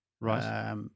Right